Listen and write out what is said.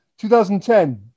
2010